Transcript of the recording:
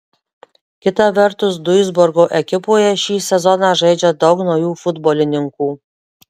kita vertus duisburgo ekipoje šį sezoną žaidžia daug naujų futbolininkų